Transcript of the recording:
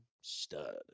stud